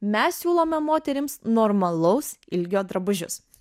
mes siūlome moterims normalaus ilgio drabužius